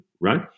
right